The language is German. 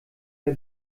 der